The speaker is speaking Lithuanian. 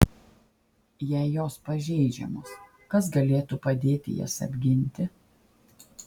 jei jos pažeidžiamos kas galėtų padėti jas apginti